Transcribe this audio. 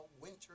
winter